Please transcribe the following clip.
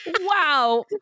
Wow